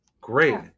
Great